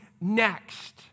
next